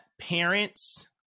parents